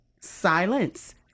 Silence